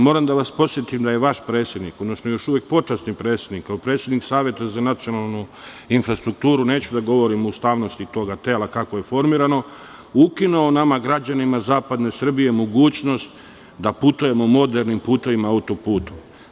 Moram da vas podsetim da je vaš predsednik, odnosno još uvek počasni predsednik, kao predsednik Saveta za nacionalnu infrastrukturu, neću da govorim o ustavnosti toga tela kako je formirano, ukinuo nama građanima zapadne Srbije mogućnost da putujemo modernim putevima auto-putem.